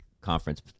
conference